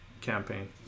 campaign